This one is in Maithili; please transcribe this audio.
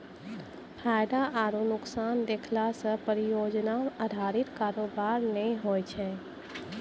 फायदा आरु नुकसान देखला से परियोजना अधारित कारोबार नै होय छै